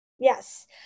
Yes